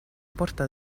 porta